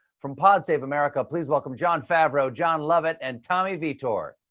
from pod save america, please welcome jon favreau, jon lovett, and tommy vietor!